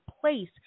place